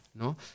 No